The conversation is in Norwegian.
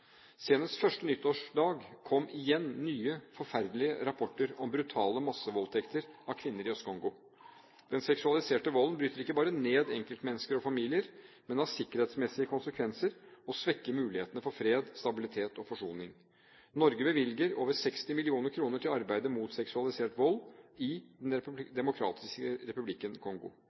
Senest 1. nyttårsdag kom igjen nye forferdelige rapporter om brutale massevoldtekter av kvinner i Øst-Kongo. Den seksualiserte volden bryter ikke bare ned enkeltmennesker og familier, men har sikkerhetsmessige konsekvenser og svekker mulighetene for fred, stabilitet og forsoning. Norge bevilger over 60 mill. kr til arbeidet mot seksualisert vold i Den demokratiske republikken Kongo.